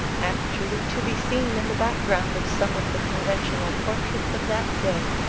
actually to be seen in the background of some of the conventional portraits of that day,